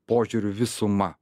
požiūrių visuma